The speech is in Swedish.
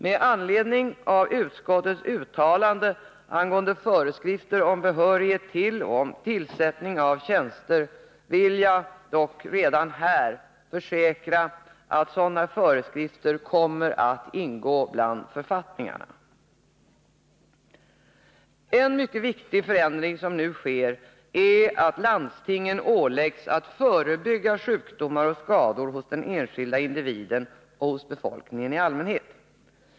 Med anledning av utskottets uttalande angående föreskrifter om behörighet till och om tillsättning av tjänster vill jag dock redan här försäkra att sådana föreskrifter kommer att ingå bland författningarna. En mycket viktig förändring som nu sker är att landstingen åläggs att förebygga sjukdomar och skador hos den enskilda individen och hos befolkningen i allmänhet.